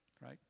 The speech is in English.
Right